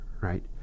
Right